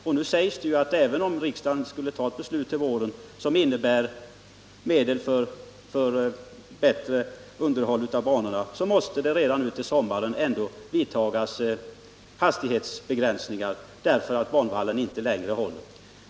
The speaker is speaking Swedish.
Och nu sägs det att även om riksdagen skulle ta ett beslut till våren som innebär medel för bättre underhåll av banorna, så måste det redan nu till sommaren vidtagas hastighetsbegränsningar därför att banvallen inte längre håller.